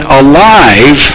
alive